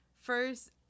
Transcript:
first